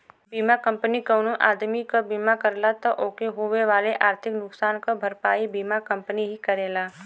बीमा कंपनी कउनो आदमी क बीमा करला त ओके होए वाले आर्थिक नुकसान क भरपाई बीमा कंपनी ही करेला